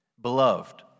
Beloved